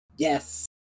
Yes